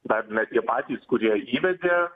dar ne tie patys kurie įvedė